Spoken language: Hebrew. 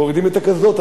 מורידים את הקסדות,